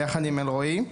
ביחד עם אלרואי.